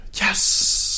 yes